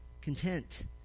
content